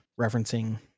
referencing